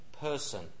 person